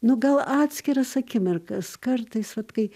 nu gal atskiras akimirkas kartais vat kai